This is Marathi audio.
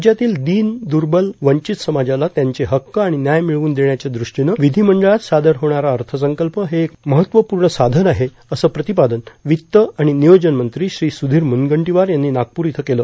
राज्यातील दीन दुर्बल वंचित समाजाला त्यांचे हक्क आणि व्याय मिळवून देण्याच्या दृष्टीनं विधिमंडळात सादर होणारा अर्थसंकल्प हे एक महत्वपूर्ण साधन आहे असं प्रतिपादन वित्त आणि नियोजन मंत्री श्री सुधीर मुनगंटीवार यांनी नागपूर इथं केलं